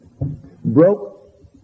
broke